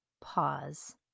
Pause